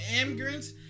immigrants